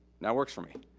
now works for me.